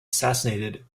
assassinated